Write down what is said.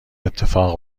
اتفاق